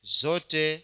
zote